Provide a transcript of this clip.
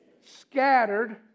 scattered